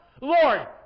Lord